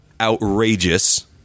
Outrageous